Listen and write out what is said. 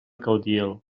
caudiel